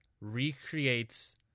recreates